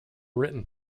written